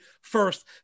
first